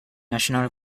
national